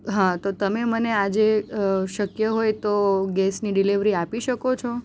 હા તો તમે મને આજે શક્ય હોય તો ગેસની ડિલેવરી આપી શકો છો